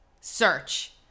search